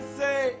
say